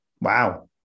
Wow